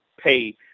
pay